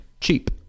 cheap